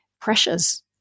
pressures